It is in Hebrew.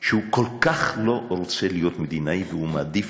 שכל כך לא רוצה להיות מדינאי ומעדיף